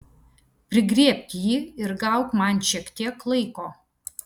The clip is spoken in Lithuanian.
prigriebk jį ir gauk man šiek tiek laiko